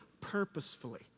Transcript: purposefully